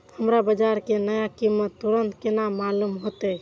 हमरा बाजार के नया कीमत तुरंत केना मालूम होते?